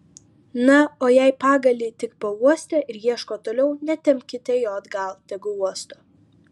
na o jei pagalį tik pauostė ir ieško toliau netempkite jo atgal tegu uosto